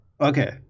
Okay